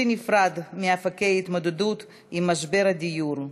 נפרד מאפיקי ההתמודדות עם משבר הדיור.